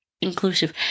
inclusive